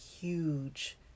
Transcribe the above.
huge